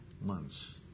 months